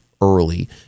early